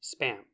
spam